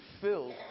filled